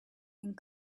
and